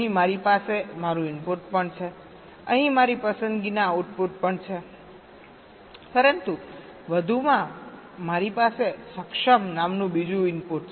અહીં મારી પાસે મારું ઇનપુટ પણ છે અહીં મારી પસંદગીના આઉટપુટ પણ છે પરંતુ વધુમાં મારી પાસે સક્ષમ નામનું બીજું ઇનપુટ છે